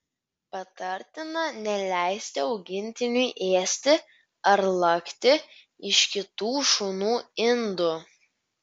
patartina neleisti augintiniui ėsti ar lakti iš kitų šunų indų